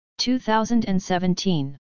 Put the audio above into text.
2017